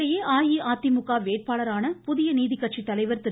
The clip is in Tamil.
இதனிடையே அஇஅதிமுக வேட்பாளரான புதிய நீதி கட்சித்தலைவர் திரு